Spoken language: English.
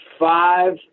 five